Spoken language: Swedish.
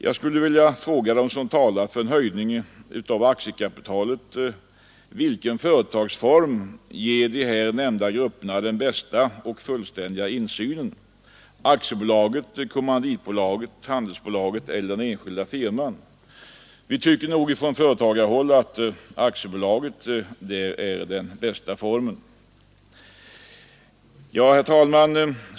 Jag skulle vilja fråga dem som talar för en höjning av aktiekapitalet: Vilken företagsform ger de här nämnda grupperna den bästa och fullständigaste insynen, aktiebolaget, kommanditbolaget, han delsbolaget eller den enskilda firman? Vi tycker nog från företagarhåll att aktiebolaget är den bästa formen. Herr talman!